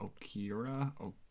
Okira